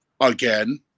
again